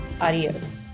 Adios